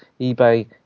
eBay